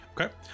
okay